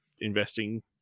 investing